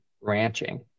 ranching